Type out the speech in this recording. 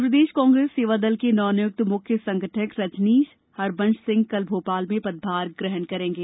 मध्यप्रदेश कांग्रेस सेवादल के नवनियुक्त मुख्य संगठक रजनीश हरबंश सिंह कल भोपाल में पदभार ग्रहण करेंगे